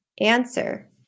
answer